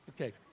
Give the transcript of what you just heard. Okay